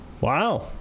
Wow